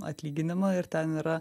atlyginimą ir ten yra